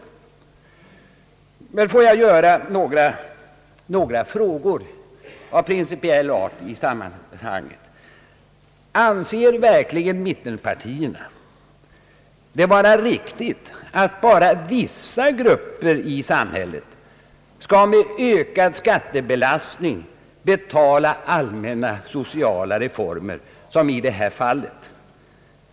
Får jag göra några principiella frågor i sammanhanget? Anser verkligen mittenpartierna det vara riktigt att bara vissa grupper i samhället skall med ökad skattebelastning betala allmänna sociala reformer, som i det här fallet?